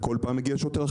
כל פעם מגיע שוטר אחר.